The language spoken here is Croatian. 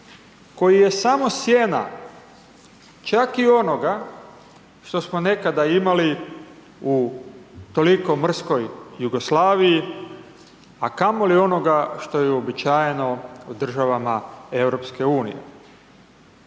koji je samo sjena, čak i onoga što smo nekada imali u toliko mrskoj Jugoslaviji, a kamoli onoga što je uobičajeno u državama EU.